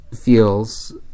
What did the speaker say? feels